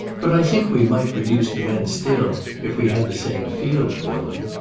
but i think we might produce the men still if we had the same field for them.